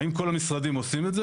האם כל המשרדים עושים את זה?